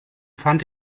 fand